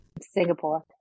Singapore